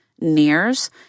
nears